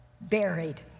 buried